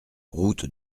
route